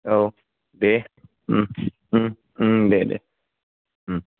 औ दे दे दे दे